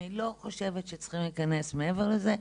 אני לא חושבת שצריכים להיכנס מעבר לזה,